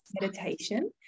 meditation